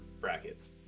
brackets